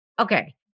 okay